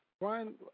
Brian